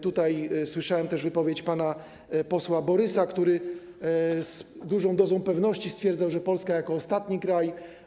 Tutaj słyszałem też wypowiedź pana posła Borysa, który z dużą dozą pewności stwierdzał, że Polska jako ostatni kraj.